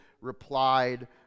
replied